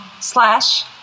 slash